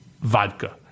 vodka